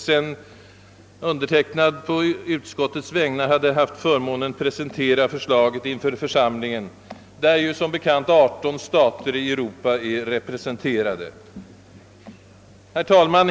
sedan den som nu talar haft förmånen att på utskottets vägnar presentera förslaget inför församlingen, där som bekant 18 stater i Europa är representerade. Herr talman!